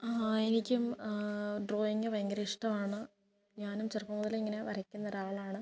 ആ എനിക്കും ഡ്രോയിങ് ഭയങ്കര ഇഷ്ടമാണ് ഞാനും ചെറുപ്പം മുതലേ ഇങ്ങനെ വരക്കുന്നൊരാളാണ്